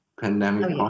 pandemic